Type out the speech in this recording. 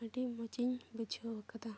ᱟᱹᱰᱤ ᱢᱚᱡᱽᱤᱧ ᱵᱩᱡᱷᱟᱹᱣ ᱟᱠᱟᱫᱟ